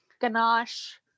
ganache